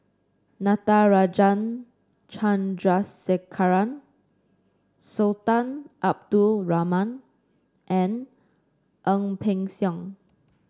Natarajan Chandrasekaran Sultan Abdul Rahman and Ang Peng Siong